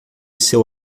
seu